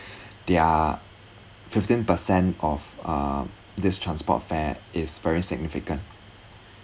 their fifteen percent off uh this transport fare is very significant